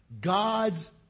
God's